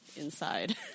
inside